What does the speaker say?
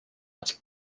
els